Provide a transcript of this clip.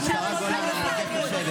השרה גולן, לשבת.